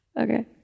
Okay